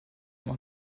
noch